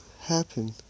happen